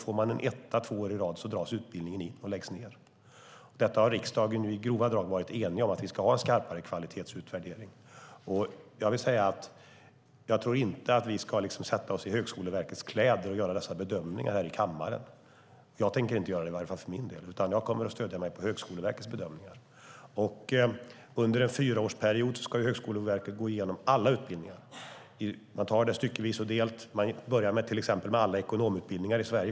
Får skolan en etta två år i rad dras utbildningen in och läggs ned. Detta har riksdagen i grova drag varit enig om, att vi ska ha en skarpare kvalitetsutvärdering. Jag tycker inte att vi ska sätta oss i Högskoleverkets kläder och göra dessa bedömningar här i kammaren. Jag tänker i varje fall inte göra det för min del, utan jag kommer att stödja mig på Högskoleverkets bedömningar. Under en fyraårsperiod ska Högskoleverket gå igenom alla utbildningar. Man tar det styckevis och delt och börjar med alla ekonomutbildningar i Sverige.